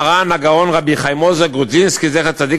מרן הגאון רבי חיים עוזר גרודזנסקי זצ"ל,